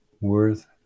worth